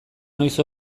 noiz